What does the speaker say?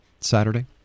Saturday